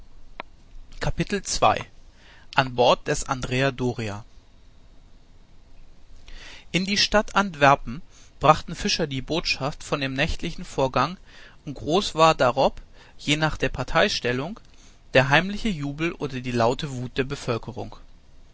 an bord des andrea doria in die stadt antwerpen brachten fischer die botschaft von dem nächtlichen vorgang und groß war darob je nach der parteistellung der heimliche jubel oder die laute wut der bevölkerung